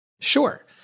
Sure